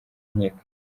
nkiko